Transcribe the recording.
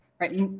right